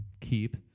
keep